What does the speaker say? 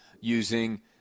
using